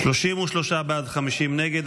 33 בעד, 50 נגד.